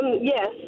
Yes